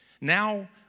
Now